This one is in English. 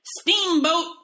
Steamboat